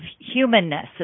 humanness